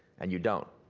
and you don't,